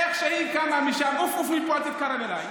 איך שהיא קמה משם: עוף, עוף מפה, אל תתקרב אליי.